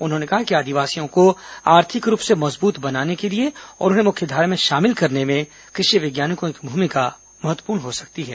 उन्होंने कहा कि आदिवासियों को आर्थिक रूप से मजबूत बनाने और उन्हें मुख्य धारा में शामिल करने में कृषि वैज्ञानिकों की भूमिका महत्वपूर्ण हो सकती है